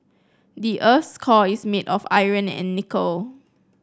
the earth's core is made of iron and nickel